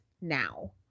now